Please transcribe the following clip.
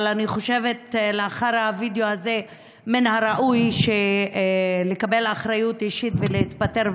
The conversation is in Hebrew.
אבל אני חושבת שלאחר הווידיאו הזה מן הראוי שיקבל אחריות אישית ויתפטר,